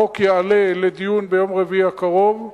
החוק יעלה לדיון ביום רביעי הקרוב.